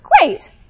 great